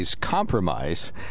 compromise